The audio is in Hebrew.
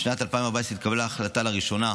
בשנת 2014 התקבלה החלטה לראשונה,